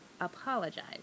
apologize